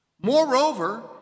Moreover